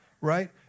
right